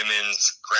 women's